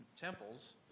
temples